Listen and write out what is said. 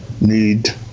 need